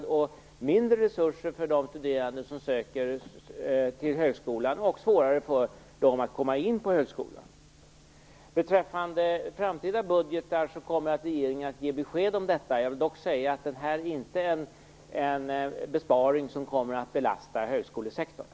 Det skulle också bli mindre resurser för de studerande som söker till högskolan, och det skulle bli svårare för dem att komma in på högskolan. Beträffande framtida budgetar kommer regeringen att ge besked om det. Jag vill dock säga att den här besparingen inte kommer att belasta högskolesektorn.